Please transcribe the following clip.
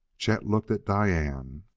chet looked at diane.